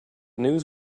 news